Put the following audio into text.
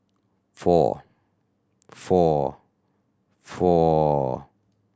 four four four